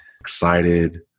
excited